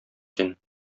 син